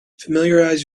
familiarize